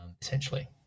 essentially